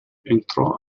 entrò